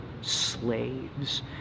slaves